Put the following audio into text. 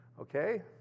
Okay